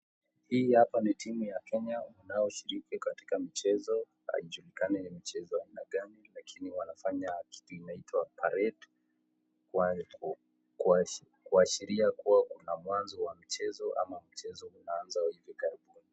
Hii hapa ni timu ya Kenya inayoshiriki katika michezo, haijulikani ni mchezo wa aina gani lakini wanafanya kitu inayoitwa parade kuashiria kuwa kuna mwanzo wa michezo au mchezo unaanza hivi karibuni.